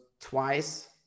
twice